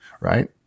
right